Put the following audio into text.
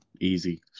Easy